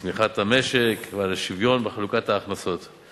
צמיחת המשק והשוויון בחלוקת ההכנסות.